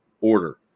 Order